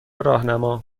راهنما